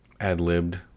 ad-libbed